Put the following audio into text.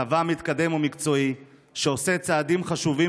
צבא מתקדם ומקצועי שעושה צעדים חשובים